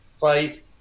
fight